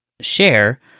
share